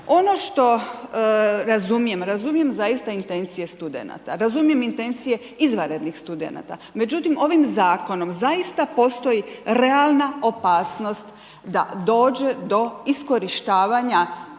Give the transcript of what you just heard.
Ono što razumijem, razumijem zaista intencije studenata, razumijem intencije izvanrednih studenata, međutim ovim zakonom zaista postoji realna opasnost da dođe do iskorištavanja